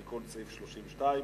1. תיקון סעיף 32,